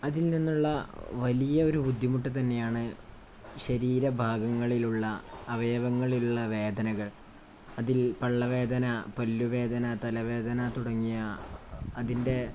അതിൽ നിന്നുള്ള വലിയ ഒരു ബുദ്ധിമുട്ട് തന്നെയാണ് ശരീരഭാഗങ്ങളിലുള്ള അവയവങ്ങളിലുള്ള വേദനകൾ അതിൽ പള്ളവേദന പല്ലുവേദന തലവേദന തുടങ്ങിയ അതിൻ്റെ